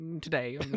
today